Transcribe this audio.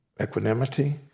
equanimity